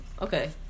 Okay